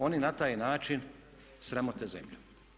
Oni na taj način sramote zemlju.